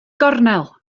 gornel